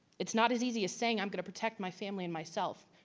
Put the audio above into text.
it's not as easy as saying i'm gonna protect my family and myself.